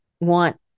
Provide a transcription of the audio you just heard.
want